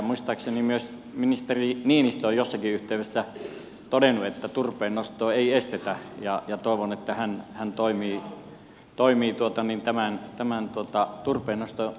muistaakseni myös ministeri niinistö on jossakin yhteydessä todennut että turpeennostoa ei estetä ja toivon että hän toimii tämän turpeennoston hyväksi